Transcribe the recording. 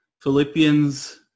Philippians